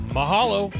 Mahalo